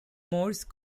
morse